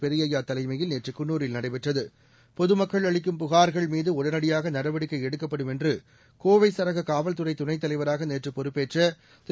பெரியய்யா தலைமையில் நேற்று குன்னூரில் நடைபெற்றது பொதுமக்கள் அளிக்கும் புகார்கள்மீது உடனடியாக நடவடிக்கை எடுக்கப்படும் என்று கோவை சரக காவல்துறை துணைத்தலைவராக நேற்று பொறுப்பேற்ற திரு